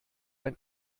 ein